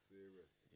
Serious